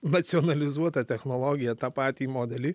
nacionalizuotą technologiją tą patį modelį